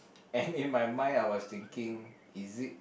and in my mind I was thinking is it